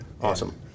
awesome